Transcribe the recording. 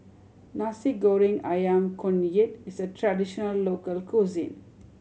Nasi Goreng Ayam Kunyit is a traditional local cuisine